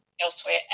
elsewhere